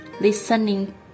listening